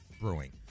brewing